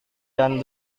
dan